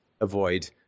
avoid